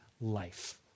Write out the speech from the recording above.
life